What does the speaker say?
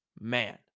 man